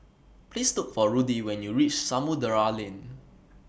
Please Look For Rudy when YOU REACH Samudera Lane